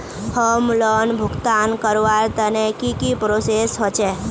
Home loan भुगतान करवार तने की की प्रोसेस होचे?